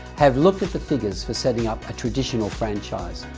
have looked at the figures for setting up a traditional franchise.